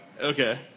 Okay